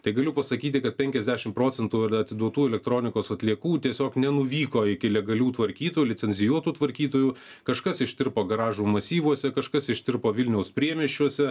tai galiu pasakyti kad penkiasadešimt procentų atiduotų elektronikos atliekų tiesiog nenuvyko iki legalių tvarkytų licencijuotų tvarkytojų kažkas ištirpo garažų masyvuose kažkas ištirpo vilniaus priemiesčiuose